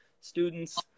students